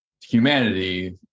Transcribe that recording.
humanity